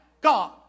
God